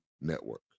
Network